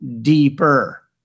deeper